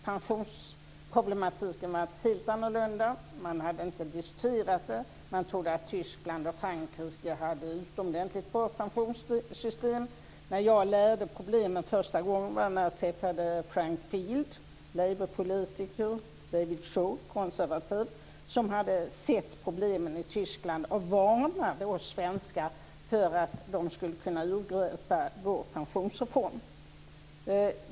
Pensionsproblematiken var då helt annorlunda. Man hade inte diskuterat frågan. Man trodde att Tyskland och Frankrike hade utomordentligt bra pensionssystem. Jag lärde känna problemen första gången när jag träffade Frank Field, labourpolitiker, och David Shaw, konservativ. De hade sett problemen i Tyskland och varnade oss svenskar för att de skulle kunna urgröpa vår pensionsreform.